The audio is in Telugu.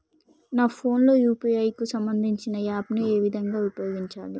నా ఫోన్ లో యూ.పీ.ఐ కి సంబందించిన యాప్ ను ఏ విధంగా ఉపయోగించాలి?